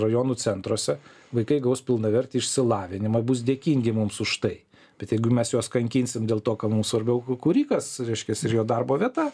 rajonų centruose vaikai gaus pilnavertį išsilavinimą bus dėkingi mums už tai bet jeigu mes juos kankinsim dėl to ka mum svarbiau kūrikas reiškias ir jo darbo vieta